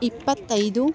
ಇಪ್ಪತ್ತೈದು